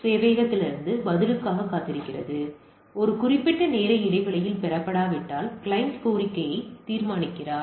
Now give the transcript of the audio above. client சேவையகத்திலிருந்து பதிலுக்காகக் காத்திருக்கிறது ஒரு குறிப்பிட்ட நேர இடைவெளியில் பெறப்படாவிட்டால் கிளையன் கோரிக்கையை தீர்மானிக்கிறார்